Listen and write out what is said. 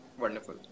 Wonderful